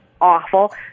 awful